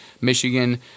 Michigan